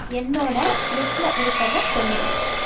என்னோட லிஸ்ட்டில் இருக்கறதை சொல்